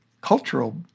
cultural